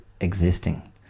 existing